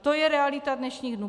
To je realita dnešních dnů.